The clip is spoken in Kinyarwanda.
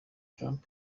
trump